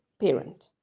parent